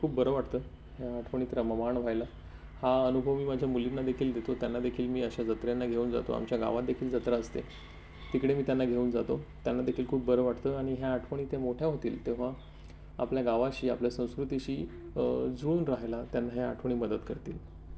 खूप बरं वाटतं ह्या आठवणीत रममाण व्हायला हा अनुभव मी माझ्या मुलींना देखील देतो त्यांना देखील मी अशा जत्रांना घेऊन जातो आमच्या गावात देखील जत्रा असते तिकडे मी त्यांना घेऊन जातो त्यांना देखील खूप बरं वाटतं आणि ह्या आठवणी त्या मोठ्या होतील तेव्हा आपल्या गावाशी आपल्या संस्कृतीशी जुळून राहायला त्यांना ह्या आठवणी मदत करतील